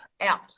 out